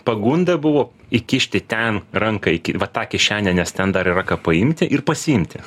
pagunda buvo įkišti ten ranka į va tą kišenę nes ten dar yra ką paimti ir pasiimti